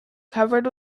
covered